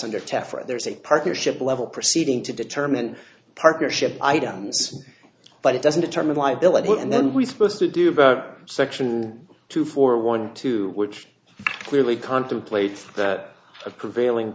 taffer there's a partnership level proceeding to determine partnership items but it doesn't determine liability and then we supposed to do about section two four one two which clearly contemplates that the prevailing